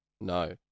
No